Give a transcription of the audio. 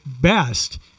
best